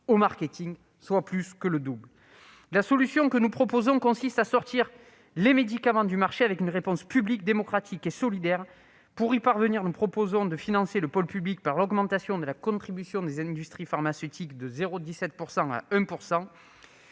au marketing. La solution que nous proposons consiste à sortir les médicaments du marché par une réponse publique, démocratique et solidaire. Pour y parvenir, nous proposons de financer le pôle public ainsi créé par l'augmentation de la contribution des industries pharmaceutiques de 0,17 % à 1 %.